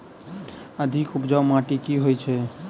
अधिक उपजाउ माटि केँ होइ छै?